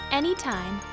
anytime